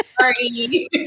Sorry